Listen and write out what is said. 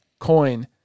coin